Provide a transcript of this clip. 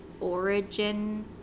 origin